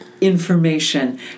Information